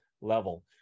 level